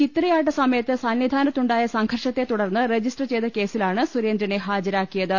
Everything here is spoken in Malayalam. ചിത്തിരയാട്ട സമയത്ത് സന്നിധാനത്തുണ്ടായ സംഘർഷ ത്തെ തുടർന്ന് രജിസ്റ്റർ ചെയ്ത കേസിലാണ് സുരേന്ദ്രനെ ഹാജ രാക്കിയത്